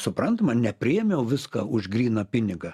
suprantama nepriėmiau viską už gryną pinigą